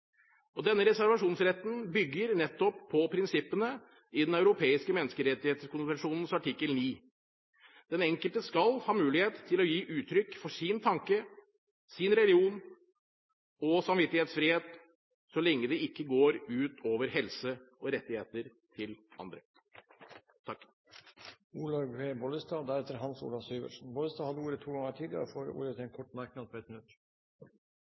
Denne reservasjonsretten bygger nettopp på prinsippene i Den europeiske menneskerettighetskonvensjonens artikkel 9: Den enkelte skal ha mulighet til å gi uttrykk for sin tanke, sin religion og sin samvittighetsfrihet så lenge det ikke går ut over andres helse og rettigheter. Representanten Olaug V. Bollestad har hatt ordet to ganger tidligere i debatten og får ordet til en kort merknad, begrenset til 1 minutt.